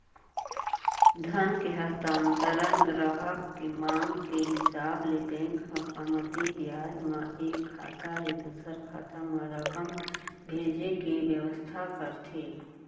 धन के हस्तांतरन गराहक के मांग के हिसाब ले बेंक ह कमती बियाज म एक खाता ले दूसर खाता म रकम भेजे के बेवस्था करथे